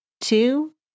two